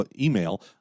email